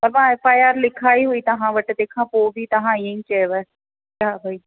त मां F I R लिखाई हुई तव्हां वटि तंहिं खां पोइ बि तव्हां इअं ई कयव तव्हां भाई